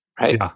right